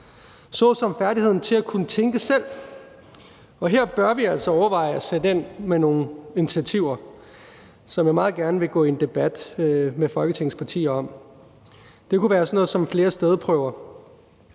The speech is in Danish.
såsom færdigheden i at kunne tænke selv. Her bør vi altså overveje at sætte ind med nogle initiativer, som vi meget gerne vil gå i en debat med Folketingets partier om. Det kunne være sådan noget som flere stedprøver,